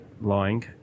lying